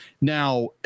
Now